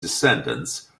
descendants